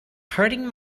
hurting